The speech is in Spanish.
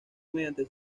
mediante